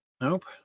Nope